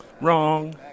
Wrong